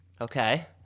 Okay